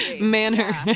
manner